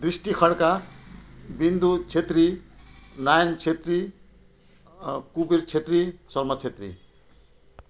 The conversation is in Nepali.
दृष्टि खड्का बिन्दु छेत्री नयन छेत्री कुबेर छेत्री सलमा छेत्री